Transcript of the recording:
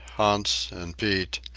hans and pete,